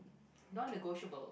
non negotiable